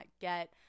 get